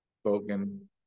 spoken